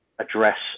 Address